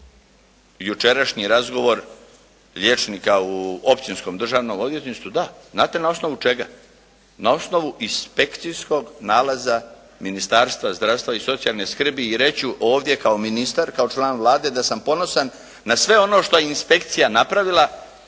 i jučerašnji razgovor liječnika u Općinskom državnom odvjetništvu, da znate na osnovu čega, na osnovu inspekcijskog nalaza Ministarstva zdravstva i socijalne skrbi i reći ću ovdje kao ministar, kao član Vlade da sam ponosan na sve ono što je inspekcija napravila,